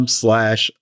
slash